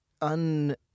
un